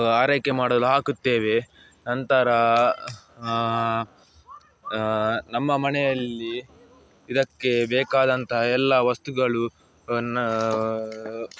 ಆರೈಕೆ ಮಾಡಲು ಹಾಕುತ್ತೇವೆ ನಂತರ ನಮ್ಮ ಮನೆಯಲ್ಲಿ ಇದಕ್ಕೆ ಬೇಕಾದಂತಹ ಎಲ್ಲ ವಸ್ತುಗಳು ಅನ್ನು